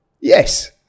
yes